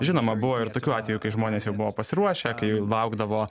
žinoma buvo ir tokių atvejų kai žmonės jau buvo pasiruošę kai jau laukdavo